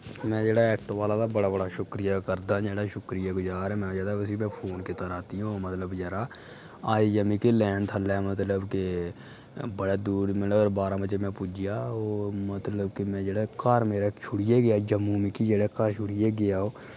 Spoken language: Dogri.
में जेह्ड़ा ऐट्टो आह्ला बड़ा बड़ा शुक्रिया करदा जेह्ड़ा शुक्रिया गुजार फोन कीता रातीं ओह् आईआ बचैरा आईआ मिकी लैन थल्लै मतलब के बड़ा दूर मतलब बारां बजे नै पुज्जी गेआ ओह् मतलब के घर मेरे छोड़िया जम्मू मिकी घर छोड़ी गेआ ओह्